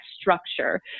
structure